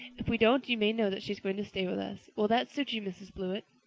if we don't you may know that she is going to stay with us. will that suit you, mrs. blewett?